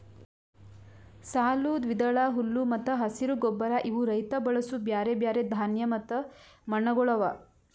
ಸಾಲು, ದ್ವಿದಳ, ಹುಲ್ಲು ಮತ್ತ ಹಸಿರು ಗೊಬ್ಬರ ಇವು ರೈತ ಬಳಸೂ ಬ್ಯಾರೆ ಬ್ಯಾರೆ ಧಾನ್ಯ ಮತ್ತ ಮಣ್ಣಗೊಳ್ ಅವಾ